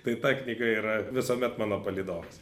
tai ta knyga yra visuomet mano palydovas